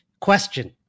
question